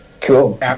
Cool